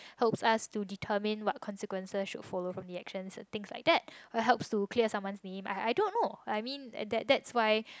help us to determine what consequences should follow from the actions and things like that or help to clear someone's name I I don't know that's why